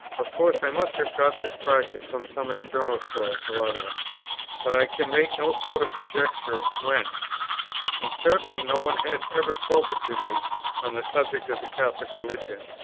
of course i must have got this practice from some external source or other but i can make no sort of conjecture whence and certainly no one had ever spoken to me on the subject of the catholic religion,